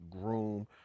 groom